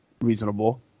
reasonable